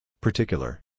Particular